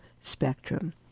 spectrum